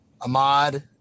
Ahmad